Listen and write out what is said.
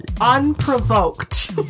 Unprovoked